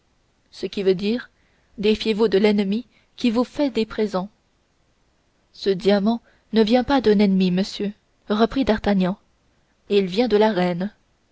ce qui veut dire défiez-vous de l'ennemi qui vous fait des présents ce diamant ne vient pas d'un ennemi monsieur reprit d'artagnan il vient de la reine